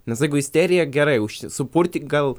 nes jeigu isterija gerai užsi supurtyk gal